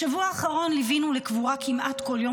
בשבוע האחרון ליווינו לקבורה כמעט כל יום